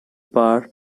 bar